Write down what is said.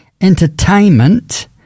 Entertainment